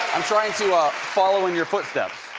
i'm trying to ah follow in your footsteps.